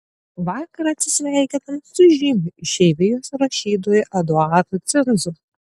vakar atsisveikinome su žymiu išeivijos rašytoju eduardu cinzu